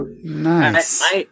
Nice